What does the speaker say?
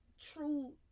True